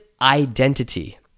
identity